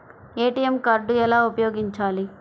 ATM card ఎలా ఉపయోగించాలి?